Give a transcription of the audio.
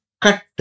cut